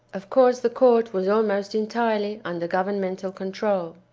of course the court was almost entirely under governmental control.